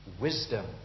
wisdom